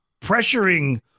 pressuring